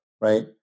right